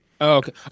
okay